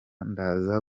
ndaza